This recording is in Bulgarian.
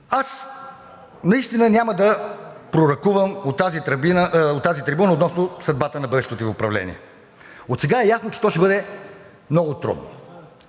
Аз наистина няма да пророкувам от тази трибуна относно съдбата на бъдещото Ви управление. Отсега е ясно, че то ще бъде много трудно.